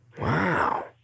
Wow